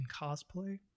cosplay